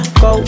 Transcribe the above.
go